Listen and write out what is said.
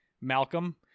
Malcolm